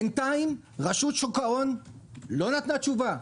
בינתיים רשות שוק ההון לא נתנה תשובה.